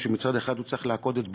שמצד אחד הוא צריך לעקוד את בנו,